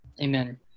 Amen